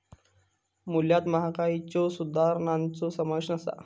मूल्यात महागाईच्यो सुधारणांचो समावेश नसा